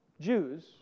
Jews